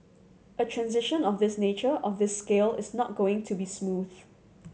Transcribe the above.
a transition of this nature of this scale is not going to be smooth